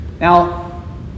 Now